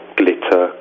glitter